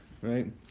right